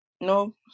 no